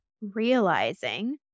realizing